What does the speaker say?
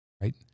Right